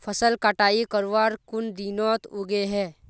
फसल कटाई करवार कुन दिनोत उगैहे?